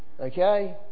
Okay